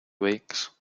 weeks